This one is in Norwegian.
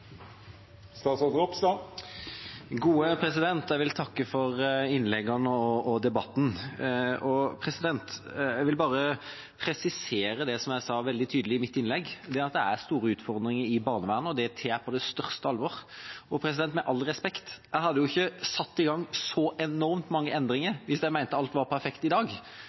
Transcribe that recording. Jeg vil takke for innleggene og debatten. Jeg vil bare presisere det som jeg sa veldig tydelig i mitt innlegg, at det er store utfordringer i barnevernet, og det tar jeg på største alvor. Og med all respekt, jeg hadde jo ikke satt i gang så enormt mange endringer hvis jeg mente alt var perfekt i dag,